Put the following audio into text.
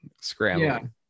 scrambling